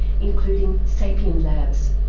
including sapien labs.